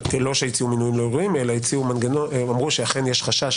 לא שהציעו מינויים לא ראויים אלא אמרו שאכן יש חשש